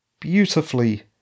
beautifully